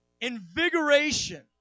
invigoration